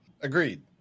Agreed